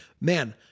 man